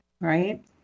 Right